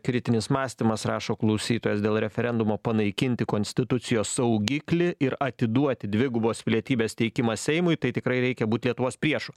kritinis mąstymas rašo klausytojas dėl referendumo panaikinti konstitucijos saugiklį ir atiduoti dvigubos pilietybės teikimą seimui tai tikrai reikia būt lietuvos priešu